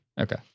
Okay